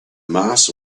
mass